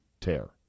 tear